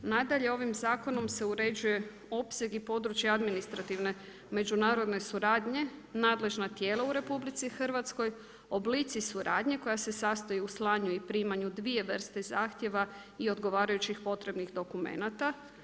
Nadalje ovim zakonom se uređuje opseg i područje administrativne, međunarodne suradnje, nadležna tijela u RH, oblici suradnje koja se sastoji u slanju i primanju dvije vrste zahtjeva i odgovarajućih potrebnih dokumenata.